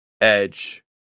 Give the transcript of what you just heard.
edge